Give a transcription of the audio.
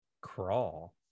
Crawl